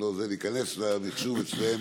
להיכנס למחשוב אצלם